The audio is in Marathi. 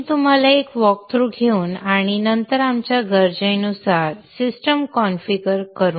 मी तुम्हाला एक वॉकथ्रू घेऊन आणि नंतर आपण गरजेनुसार सिस्टम कॉन्फिगर करू